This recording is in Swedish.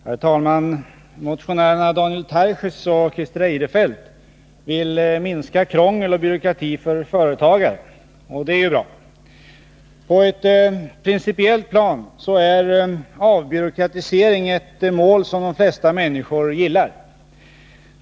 Herr talman! Motionärerna Daniel Tarschys och Christer Eirefelt vill minska krångel och byråkrati för företagare. Det är bra. På ett principiellt plan är ”avbyråkratisering” ett mål som de flesta människor gillar.